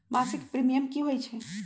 मासिक प्रीमियम की होई छई?